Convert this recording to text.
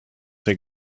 they